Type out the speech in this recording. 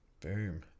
Boom